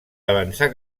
avançar